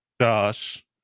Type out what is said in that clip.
Josh